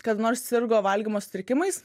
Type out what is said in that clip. kad nors sirgo valgymo sutrikimais